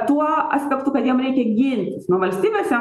tuo aspektu kad jam reikia gintis nuo valstybės